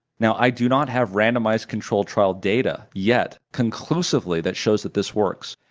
now i do not have randomized controlled trial data yet, conclusively, that shows that this works,